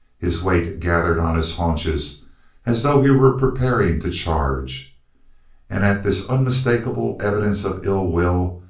his weight gathered on his haunches as though he were preparing to charge, and at this unmistakable evidence of ill-will,